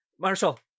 Marshall